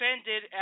offended